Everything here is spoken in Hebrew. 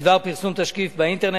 בדבר פרסום תשקיף באינטרנט.